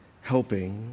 helping